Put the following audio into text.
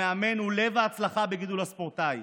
המאמן הוא לב ההצלחה בגידול הספורטאי.